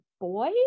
boy